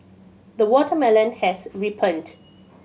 the watermelon has ripened